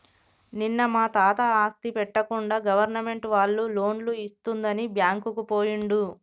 నిన్న మా తాత ఆస్తి పెట్టకుండా గవర్నమెంట్ వాళ్ళు లోన్లు ఇస్తుందని బ్యాంకుకు పోయిండు